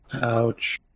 Ouch